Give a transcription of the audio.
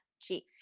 Chief